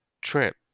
Trip